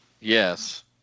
Yes